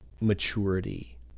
maturity